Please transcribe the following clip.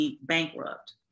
Bankrupt